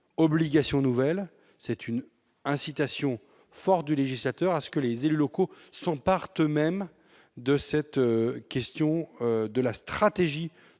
obligation nouvelle ; c'est une incitation forte du législateur à ce que les élus locaux s'emparent eux-mêmes de cette question de la stratégie